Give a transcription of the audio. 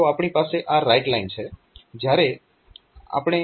તો આપણી પાસે આ રાઇટ લાઇન છે